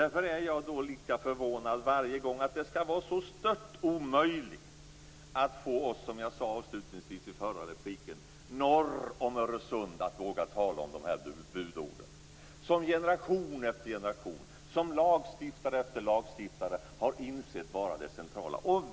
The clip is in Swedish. Därför är jag lika förvånad varje gång att det skall vara så stört omöjligt att få oss, som jag sade avslutningsvis i mitt förra inlägg, norr om Öresund att våga tala om de här budorden, som generation efter generation och lagstiftare efter lagstiftare har insett vara det centrala.